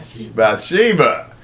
Bathsheba